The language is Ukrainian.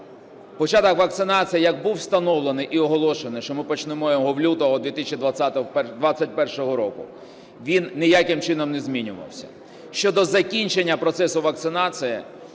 початок вакцинації як був встановлений і оголошений, що ми почнемо його в лютому 2021 року, він ніяким чином не змінювався. Щодо закінчення процесу вакцинації,